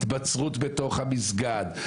התבצרות בתוך המסגד,